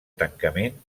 tancament